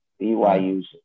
BYU's